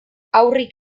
haurrik